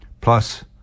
plus